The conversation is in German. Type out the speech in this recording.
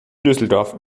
düsseldorf